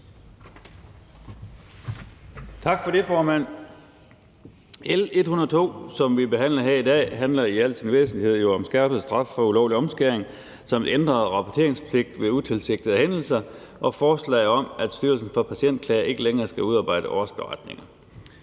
Tak for det, formand. L 102, som vi behandler her i dag, handler i al sin væsentlighed om skærpet straf for ulovlig omskæring, som ændrer rapporteringspligten ved utilsigtede hændelser, og om, at Styrelsen for Patientklager ikke længere skal udarbejde årsberetninger.